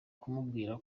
kumubwira